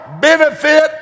benefit